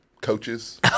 Coaches